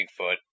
Bigfoot